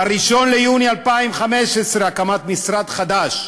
ב-1 ביוני 2015, הקמת משרד חדש,